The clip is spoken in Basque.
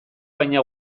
baina